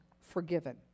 forgiven